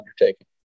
undertaking